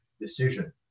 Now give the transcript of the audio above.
decision